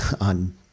on